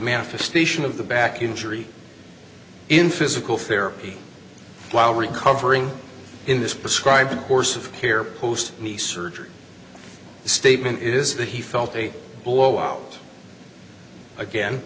manifestation of the back injury in physical therapy while recovering in this prescribe the course of care post the surgery statement is that he felt a blow out again